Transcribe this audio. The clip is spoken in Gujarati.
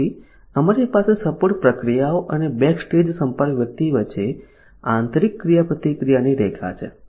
પછી અમારી પાસે સપોર્ટ પ્રક્રિયાઓ અને બેકસ્ટેજ સંપર્ક વ્યક્તિ વચ્ચે આંતરિક ક્રિયાપ્રતિક્રિયાની રેખા છે